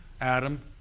Adam